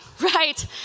right